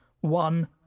one